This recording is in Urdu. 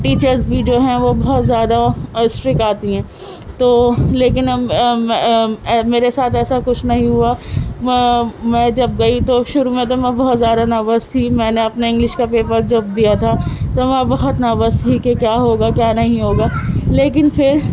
ٹیچرس بھی جو ہیں وہ بہت زیادہ اسٹرکٹ آتی ہیں تو لیکن میرے ساتھ ایسا کچھ نہیں ہُوا میں جب گئی تو شروع میں تو میں بہت زیادہ نروس تھی میں نے اپنے انگلش کا پیپر جب دیا تھا تو میں بہت نروس ہوٮٔی کہ کیا ہوگا کیا نہیں ہوگا لیکن پھر